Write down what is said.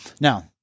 now